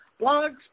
blogs